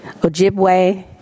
Ojibwe